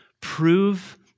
prove